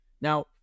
Now